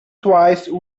twice